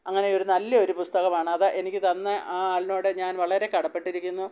അങ്ങനെയൊരു നല്ലയൊരു പുസ്തകമാണ് അത് എനിക്ക് തന്ന ആ ആളിനോടു ഞാൻ വളരെ കടപ്പെട്ടിരിക്കുന്നു